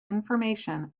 information